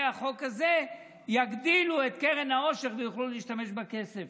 החוק הזה יגדילו את קרן העושר ויוכלו להשתמש בכסף,